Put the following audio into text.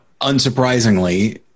unsurprisingly